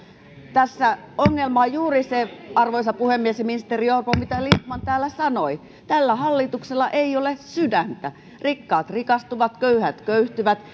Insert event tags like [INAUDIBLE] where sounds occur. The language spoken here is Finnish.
tässä ongelma on juuri se arvoisa puhemies ja ministeri orpo mitä lindtman täällä sanoi tällä hallituksella ei ole sydäntä rikkaat rikastuvat köyhät köyhtyvät [UNINTELLIGIBLE]